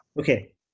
okay